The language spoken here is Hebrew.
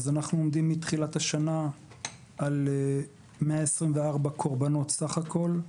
אז אנחנו עומדים מתחילת השנה על 124 קורבנות בסך הכול,